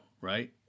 right